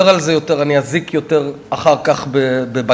על זה יותר אני אזיק יותר אחר כך בבג"ץ.